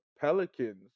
Pelicans